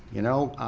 you know.